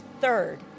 third